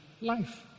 life